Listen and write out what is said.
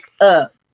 up